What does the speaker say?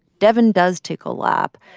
devyn does take a lap.